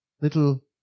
little